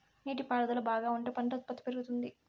నీటి పారుదల బాగా ఉంటే పంట ఉత్పత్తి పెరుగుతుంది